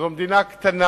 זו מדינה קטנה,